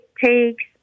takes